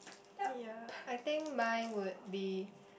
yea I think mine would be